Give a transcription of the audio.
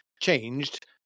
changed